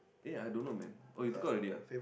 eh I don't know man oh you took out already ah